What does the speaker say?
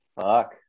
fuck